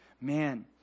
man